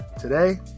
today